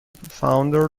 founder